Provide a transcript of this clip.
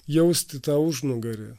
jausti tą užnugarį